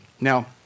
Now